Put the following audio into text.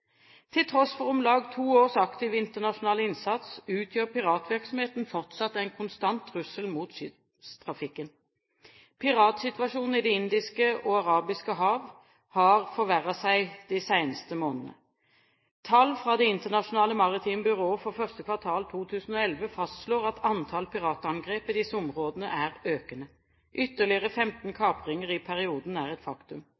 Til tross for om lag to års aktiv internasjonal innsats utgjør piratvirksomheten fortsatt en konstant trussel mot skipstrafikken. Piratsituasjonen i det indiske og arabiske hav har forverret seg de seneste månedene. Tall fra Det internasjonale maritime byrå for første kvartal 2011 fastslår at antall piratangrep i disse områdene er økende. Ytterligere 15 kapringer i perioden er et faktum.